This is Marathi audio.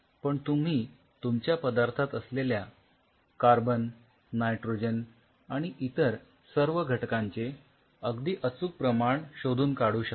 पण तुम्ही तुमच्या पदार्थात असलेल्या कार्बन नायट्रोजन आणि इतर सर्व घटकांचे अगदी अचूक प्रमाण शोधून काढू शकता